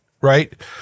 right